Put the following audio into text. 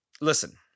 Listen